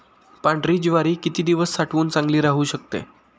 पांढरी ज्वारी किती दिवस साठवून चांगली राहू शकते?